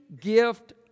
gift